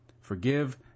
forgive